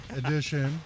edition